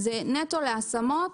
זה נטו להשמות.